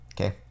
Okay